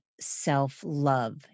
self-love